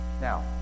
now